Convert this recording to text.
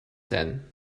then